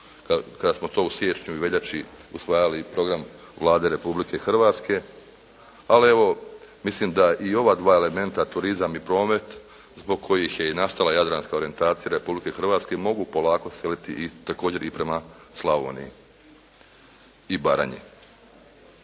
kada smo to u siječnju i veljači usvajali program Vlade Republike Hrvatske. Ali evo mislim da i ova dva elementa turizam i promet zbog kojih je i nastala jadranska orijentacija Republike Hrvatske mogu polako seliti također i prema Slavoniji i Baranji.